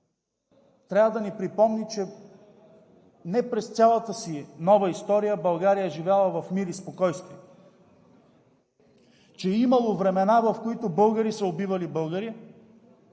трябва да ни припомни, че не през цялата си нова история България е живяла в мир и спокойствие, че е имало времена, в които българи са убивали българи